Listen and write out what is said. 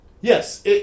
Yes